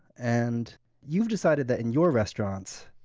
and you've decided that, in your restaurants,